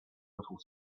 little